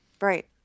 right